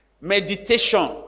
Meditation